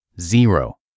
Zero